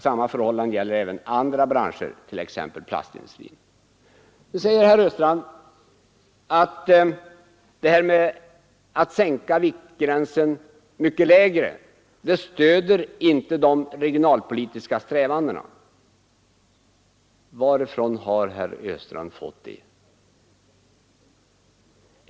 Samma förhållande gäller även andra branscher, Nu säger herr Östrand att en ytterligare sänkning av viktgränsen inte stöder de regionalpolitiska strävandena. Varifrån har herr Östrand fått det?